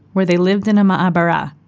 where they lived in a ma'abara,